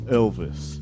elvis